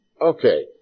Okay